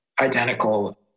identical